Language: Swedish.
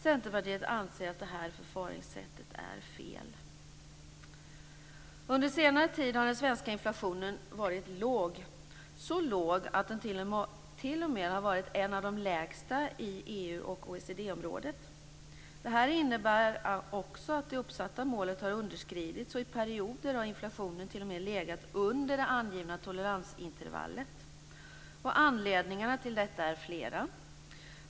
Centerpartiet anser att detta förfaringssätt är fel. Under senare tid har den svenska inflationen varit låg, så låg att den t.o.m. har varit en av de lägsta i EU-området och i OECD-området. Det innebär också att det uppsatta målet har underskridits. I perioder har inflationen t.o.m. legat undre det angivna toleransintervallet. Anledningarna till detta är flera.